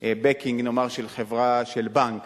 backing של חברה, של בנק.